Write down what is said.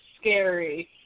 scary